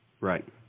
Right